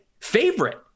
favorite